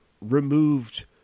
removed